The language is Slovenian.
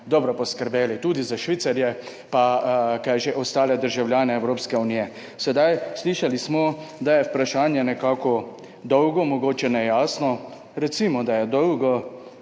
dobro poskrbeli, tudi za Švicarje in ostale državljane Evropske unije. Slišali smo, da je vprašanje nekako dolgo, mogoče nejasno, recimo, da je dolgo,